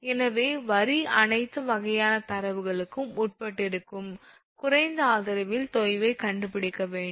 எனவே வரி அனைத்து வகையான தரவுகளுக்கும் உட்பட்டிருக்கும்போது குறைந்த ஆதரவில் தொய்வைக் கண்டுபிடிக்க வேண்டும்